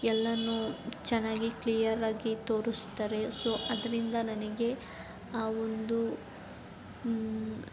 ಎಲ್ಲನೂ ಚೆನ್ನಾಗಿ ಕ್ಲಿಯರಾಗಿ ತೋರಿಸ್ತಾರೆ ಸೊ ಅದರಿಂದ ನನಗೆ ಆ ಒಂದು